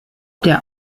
der